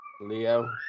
Leo